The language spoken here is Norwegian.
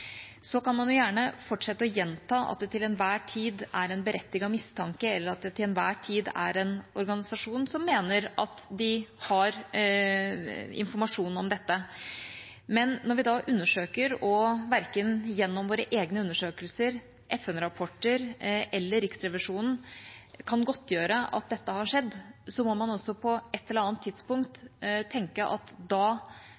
Så kan man gjerne fortsette å gjenta at det til enhver tid er en berettiget mistanke, eller at det til enhver tid er en organisasjon som mener at de har informasjon om dette, men når vi undersøker og verken gjennom våre egne undersøkelser, FN-rapporter eller Riksrevisjonen kan godtgjøre at dette har skjedd, må man på et eller annet tidspunkt